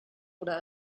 oder